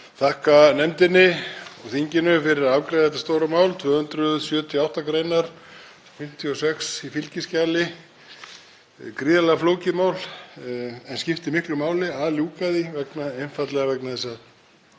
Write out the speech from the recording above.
þakka nefndinni og þinginu fyrir að afgreiða þetta stóra mál, 278 greinar og 56 í fylgiskjali. Þetta er gríðarlega flókið mál en skiptir miklu máli að ljúka því einfaldlega vegna þess að